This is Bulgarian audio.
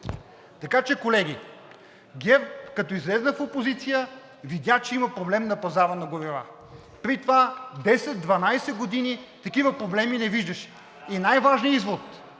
Така че, колеги, ГЕРБ, като излезе в опозиция, видя, че има проблем на пазара на горива. Преди това, 10 - 12 години такива проблеми не виждаше. И най-важният извод